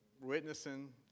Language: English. witnessing